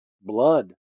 blood